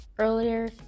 Earlier